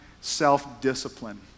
self-discipline